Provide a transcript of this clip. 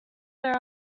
there